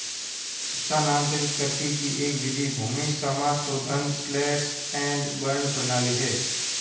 स्थानांतरित कृषि की एक विधि भूमि समाशोधन स्लैश एंड बर्न प्रणाली है